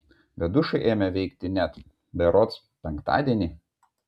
bet dušai ėmė veikti net berods penktadienį